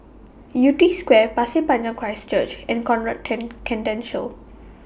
Yew Tee Square Pasir Panjang Christ Church and Conrad Centennial